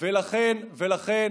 ולכן,